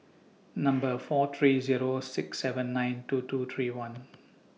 four three Zero six seven nine two two three one